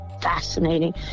fascinating